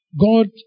God